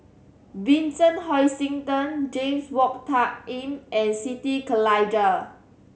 Vincent Hoisington James Wong Tuck Yim and Siti Khalijah